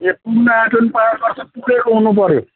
पाँच वर्ष पुगेको हुनुपऱ्यो